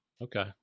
Okay